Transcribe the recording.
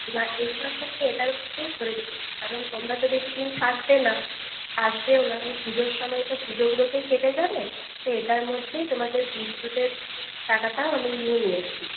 না এই মাসে আমি এটার মধ্যেই ধরে নিয়েছি কারণ তোমরা তো বেশিদিন থাকবে না আসবেও না এই পুজোর সময় তো পুজোগুলোতেই কেটে যাবে তো এটার মধ্যেই তোমাদের বিদ্যুতের টাকাটাও আমি নিয়ে নিয়েছি